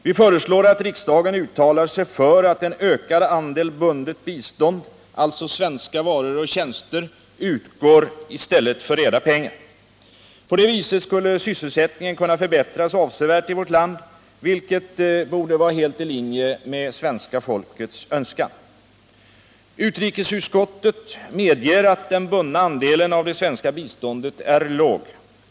Vi föreslår att riksdagen uttalar sig för att en ökad andel bundet bistånd, alltså svenska varor och tjänster, utgår i stället för reda pengar. På det viset skulle sysselsättningen kunna förbättras avsevärt i vårt land, vilket borde vara helt i linje med svenska folkets önskan. Utskottet medger att den bundna andelen av det svenska biståndet är låg.